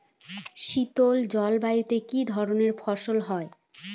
শীতল জলবায়ুতে কি ধরনের ফসল হয়?